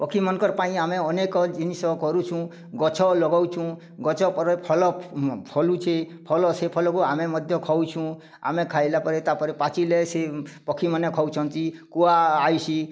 ପକ୍ଷୀମାନଙ୍କର ପାଇଁ ଆମେ ଅନେକ ଜିନିଷ କରୁଛୁଁ ଗଛ ଲଗଉଛୁଁ ଗଛ ପରେ ଫଲ ଫଲୁଛି ଫଲ ସେ ଫଲକୁ ଆମେ ମଧ୍ୟ ଖାଉଁଛୁ ଆମେ ଖାଇଲା ପରେ ତା'ପରେ ପାଚିଲେ ସେ ପକ୍ଷୀ ମାନେ ଖାଉଛନ୍ତି କୁଆ ଆଇସି